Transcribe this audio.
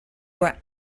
were